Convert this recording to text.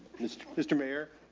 mr mr mayor,